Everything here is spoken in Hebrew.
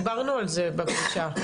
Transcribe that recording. דיברנו על זה בפגישה,